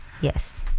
Yes